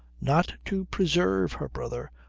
not to preserve her brother,